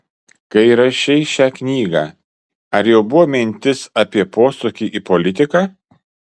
kai rašei šią knygą ar jau buvo mintis apie posūkį į politiką